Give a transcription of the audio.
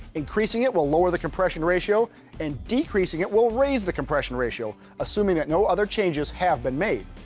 increasing it will lower the compression ratio and decreasing it will raise the compression ratio assuming that no other changes have been made.